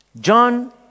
John